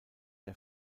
der